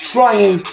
Trying